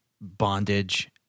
bondage